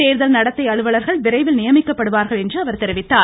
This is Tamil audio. தேர்தல் நடத்தை அலுவலர்கள் விரைவில் நியமிக்கப்படுவார்கள் என்றும அவர் தெரிவித்தார்